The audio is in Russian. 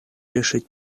решить